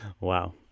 wow